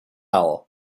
alt